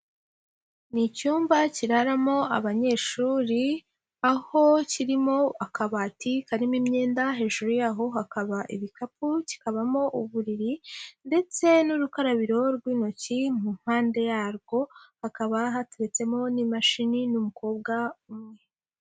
Ni icyumba kiraramo abanyeshuri aho kirimo akabati karimo imyenda, hejuru yaho hakaba ibikapu kikabamo uburiri ndetse n'urukarabiro rw'intoki mu mpande yarwo, hakaba hateretsemo n'imashini n'umukobwa umwe.